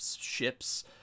ships